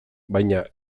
baina